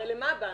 הרי למה באנו?